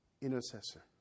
intercessor